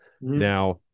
Now